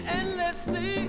endlessly